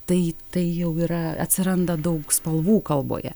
tai tai jau yra atsiranda daug spalvų kalboje